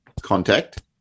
contact